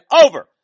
over